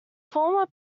former